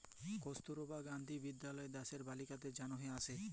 কস্তুরবা গান্ধী বিদ্যালয় দ্যাশের বালিকাদের জনহে আসে